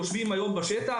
יושבים היום בשטח,